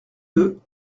deux